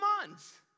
months